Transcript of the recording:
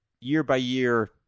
year-by-year